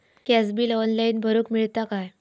Gas bill online भरुक मिळता काय?